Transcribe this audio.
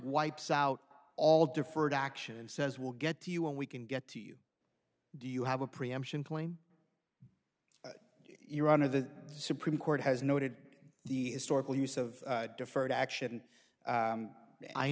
wipes out all deferred action and says we'll get to you and we can get to you do you have a preemption point your honor the supreme court has noted the historical use of deferred action